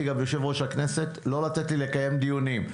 גם יושב ראש הכנסת לא לתת לי לקיים דיונים,